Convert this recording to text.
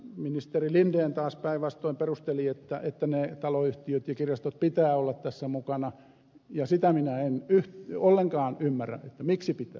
ministeri linden taas päinvastoin perusteli että ne taloyhtiöt ja kirjastot pitää olla tässä mukana ja sitä minä en ollenkaan ymmärrä miksi pitää olla